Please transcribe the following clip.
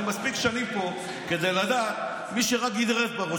אני מספיק שנים פה כדי לדעת שמי שרק גירד בראש,